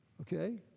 okay